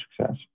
success